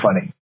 funny